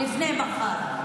לפני מחר.